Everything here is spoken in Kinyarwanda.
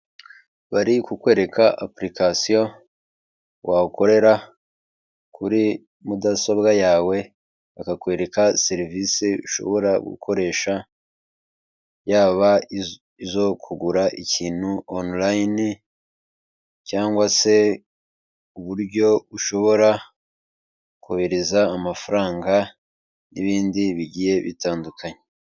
Bari kukwereka apulikasiyo wakorera kuri mudasobwa yawe, bakakwereka serivisi ushobora gukoresha, yaba izo kugura ikintu onulayini, cyangwa se uburyo ushobora kohereza amafaranga, n'ibindi bigiye bitandukanye.